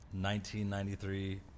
1993